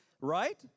right